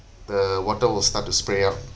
the water will start to spray out